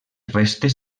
restes